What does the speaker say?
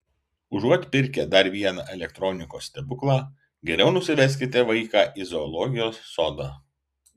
užuot pirkę dar vieną elektronikos stebuklą geriau nusiveskite vaiką į zoologijos sodą